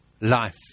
life